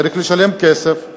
צריך לשלם כסף,